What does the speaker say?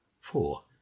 four